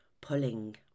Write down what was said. pulling